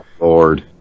Lord